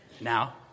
Now